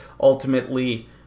Ultimately